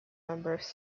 members